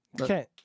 Okay